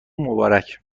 مبارک